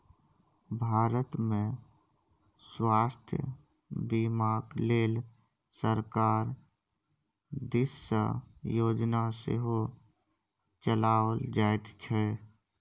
भारतमे स्वास्थ्य बीमाक लेल सरकार दिससँ योजना सेहो चलाओल जाइत छै